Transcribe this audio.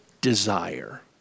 desire